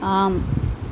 ஆம்